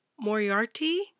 Moriarty